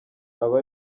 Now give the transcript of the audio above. aba